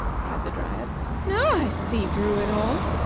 cried the dryad now i see through it all.